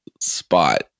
spot